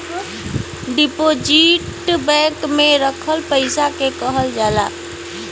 deposit bank में रखल पइसा के कहल जाला